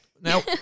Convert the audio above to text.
Now